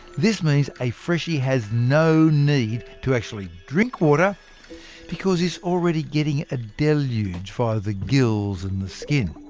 this means a freshie has no need to actually drink water because it's already getting a deluge via the gills and skin.